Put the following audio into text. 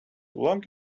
long